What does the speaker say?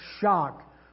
shock